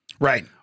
Right